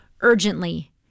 urgently